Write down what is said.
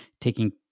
taking